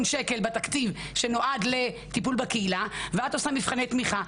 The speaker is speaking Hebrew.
שקל בתקציב שנועדו לטיפול בקהילה ואת עושה מבחני תמיכה,